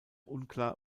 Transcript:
unklar